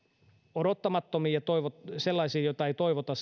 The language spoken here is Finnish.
odottamattomiin ja sellaisiin seurauksiin joita ei toivota